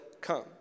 come